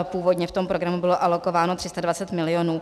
Původně v tom programu bylo alokováno 320 milionů.